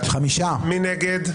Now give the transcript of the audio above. מי נגד?